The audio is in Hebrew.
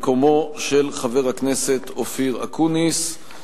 במקום חבר הכנסת אופיר אקוניס.